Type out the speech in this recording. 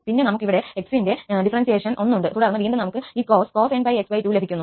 പിന്നെ നമുക്ക് ഇവിടെ x ഇന്റെ സ്ഡിഫറെസിയേഷൻ 1 ഉണ്ട് തുടർന്ന് വീണ്ടും നമുക്ക് ഈ cos nπx2 ലഭിക്കുന്നു